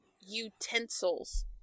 utensils